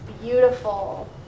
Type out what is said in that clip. beautiful